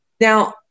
Now